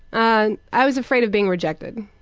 and i was afraid of being rejected.